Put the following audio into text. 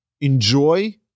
enjoy